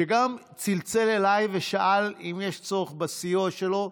שגם צלצל אליי ושאל אם יש צורך בסיוע שלו,